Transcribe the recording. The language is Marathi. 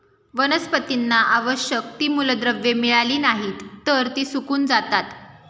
वनस्पतींना आवश्यक ती मूलद्रव्ये मिळाली नाहीत, तर ती सुकून जातात